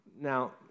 Now